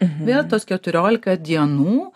vėl tos keturiolika dienų